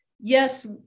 yes